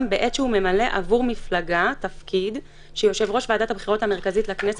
בעת שהוא ממלא עבור מפלגה תפקיד שיושב-ראש ועדת הבחירות המרכזית לכנסת,